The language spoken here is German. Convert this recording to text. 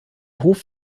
hof